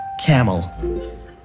camel